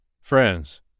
Friends